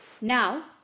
Now